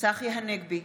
צחי הנגבי,